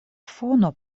fono